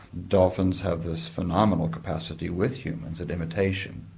dolphins have this phenomenal capacity with humans at imitation.